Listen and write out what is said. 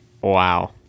Wow